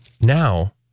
Now